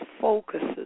focuses